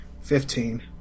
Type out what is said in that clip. Fifteen